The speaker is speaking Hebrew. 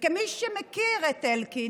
כמי שמכירה את אלקין,